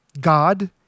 God